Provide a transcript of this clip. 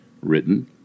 written